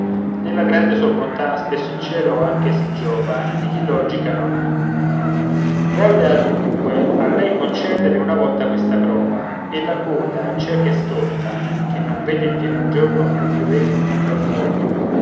nella grande sua bontà spesso il cielo anche si giova di chi logica non ha volle adunque a lei concedere una volta questa prova e la coda cieca e stolta che non vede in pieno giorno più ch'io vegga in fondo al forno